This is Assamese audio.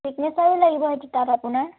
ছিগনেচাৰো লাগিব সেইটো তাত আপোনাৰ